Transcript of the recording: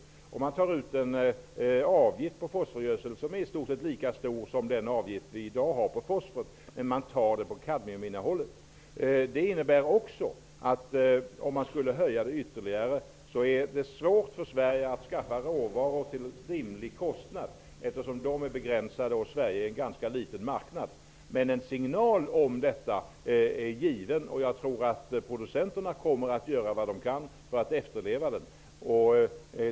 Det skall vara en avgift på fosforgödseln, som i stort sett är lika stor som den avgift vi i dag tar ut på fosfor, men den skall beräknas på kadmiuminnehållet. Om man skulle höja avgiften ytterligare blir det svårt för Sverige att skaffa råvaran till rimlig kostnad, eftersom den är begränsad och Sverige är en ganska liten marknad. En signal om en höjning är given. Jag tror att producenterna kommer att göra vad de kan för att efterleva detta.